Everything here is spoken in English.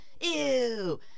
Ew